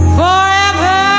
forever